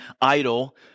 idol